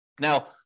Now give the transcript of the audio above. Now